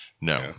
No